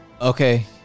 Okay